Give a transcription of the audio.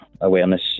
awareness